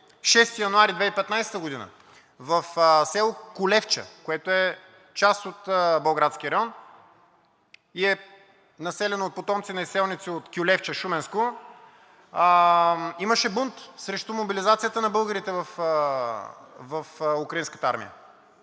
26 януари 2015 г. в село Кулевча, което е част от Болградския район и е населено от потомци на изселници от Кюлевча, Шуменско, имаше бунт срещу мобилизацията на българите в украинската армия.